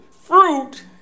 fruit